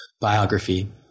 biography